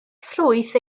ffrwyth